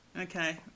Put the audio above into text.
Okay